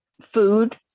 food